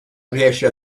riesce